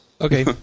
Okay